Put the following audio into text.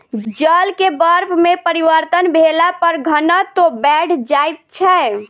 जल के बर्फ में परिवर्तन भेला पर घनत्व बैढ़ जाइत छै